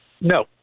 No